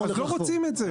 אז לא רוצים את זה.